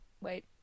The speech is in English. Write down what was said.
wait